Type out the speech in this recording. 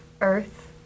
Earth